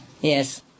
yes